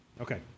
Okay